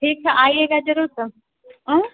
ठीक है आइएगा ज़रूर तब